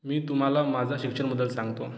मी तुम्हाला माझ्या शिक्षणाबद्दल सांगतो